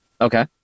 Okay